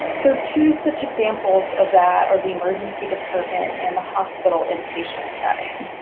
so two such examples of that are the emergency department and the hospital inpatient setting.